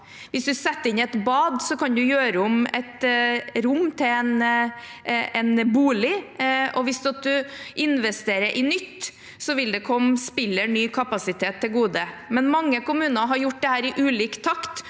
Hvis du setter inn et bad, kan du gjøre om et rom til en bolig, og hvis du investerer i nytt, vil det komme spiller ny kapasitet til gode. Mange kommuner har gjort dette i ulik takt,